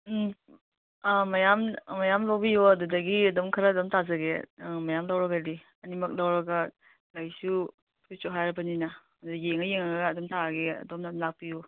ꯎꯝ ꯑꯥ ꯃꯌꯥꯝ ꯃꯌꯥꯝ ꯂꯧꯕꯤꯌꯣ ꯑꯗꯨꯗꯒꯤ ꯑꯗꯨꯝ ꯈꯔ ꯑꯗꯨꯝ ꯇꯥꯖꯒꯦ ꯃꯌꯥꯝ ꯂꯧꯔꯒꯗꯤ ꯑꯅꯤꯃꯛ ꯂꯧꯔꯒ ꯂꯩꯁꯨ ꯐ꯭ꯔꯨꯏꯠꯁꯨ ꯍꯥꯏꯔꯕꯅꯤꯅ ꯑꯗꯣ ꯌꯦꯡꯉ ꯌꯦꯡꯉꯒ ꯑꯗꯨꯝ ꯇꯥꯔꯒꯦ ꯑꯗꯣꯝꯅ ꯂꯥꯛꯄꯤꯌꯨ